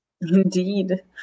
Indeed